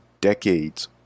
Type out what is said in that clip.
decades